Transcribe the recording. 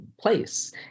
place